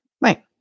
Right